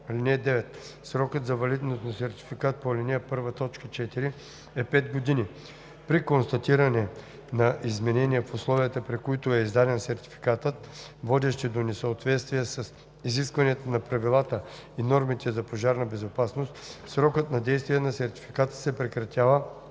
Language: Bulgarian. (9) Срокът на валидност на сертификат по ал. 1, т. 4 е пет години. При констатиране на изменения в условията, при които е издаден сертификатът, водещи до несъответствия с изискванията на правилата и нормите за пожарна безопасност, срокът на действие на сертификата се прекратява